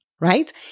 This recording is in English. right